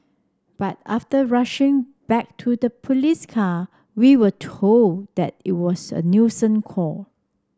but after rushing back to the police car we were told that it was a call